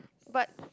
but